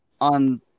on